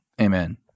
Amen